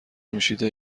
نوشیده